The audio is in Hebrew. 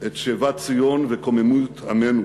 את שיבת ציון וקוממיות עמנו.